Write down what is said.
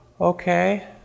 Okay